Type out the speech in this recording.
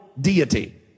deity